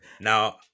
Now